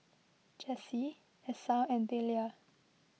Jessee Esau and Delia